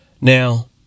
Now